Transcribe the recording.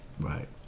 Right